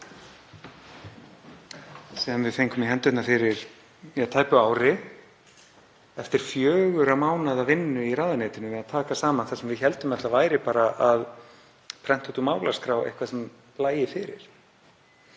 sem við fengum í hendurnar fyrir tæpu ári eftir fjögurra mánaða vinnu í ráðuneytinu við að taka saman það sem við héldum að væri bara að prenta út úr málaskrá eitthvað sem lægi fyrir.